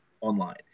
online